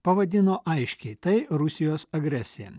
pavadino aiškiai tai rusijos agresija